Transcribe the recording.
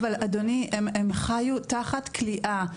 אדוני, הן חיו תחת כליאה.